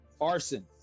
Arson